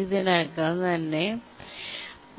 ഇതിനകം തന്നെ